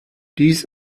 dies